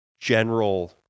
general